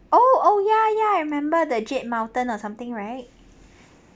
oh oh ya ya I remember the jade mountain or something right